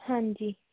हाँ जी